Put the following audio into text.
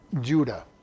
Judah